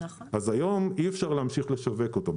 היום אי-אפשר להמשיך לשווק אותו.